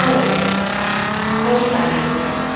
हो हो हो चालेल की